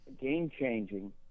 game-changing